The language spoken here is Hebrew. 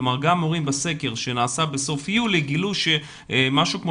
כלומר גם מורים בסקר שנעשה בסוף יולי גילו שמשהו כמו